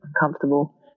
uncomfortable